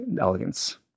elegance